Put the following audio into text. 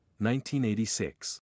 1986